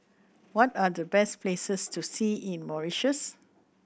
what are the best places to see in Mauritius